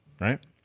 Right